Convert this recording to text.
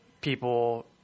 people